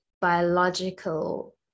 biological